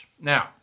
Now